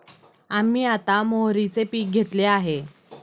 आम्ही आता मोहरीचे पीक घेतले आहे